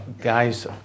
guys